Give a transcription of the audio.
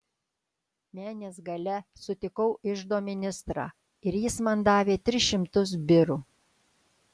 menės gale sutikau iždo ministrą ir jis man davė tris šimtus birų